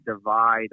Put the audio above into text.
divide